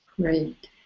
Great